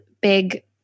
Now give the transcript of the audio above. big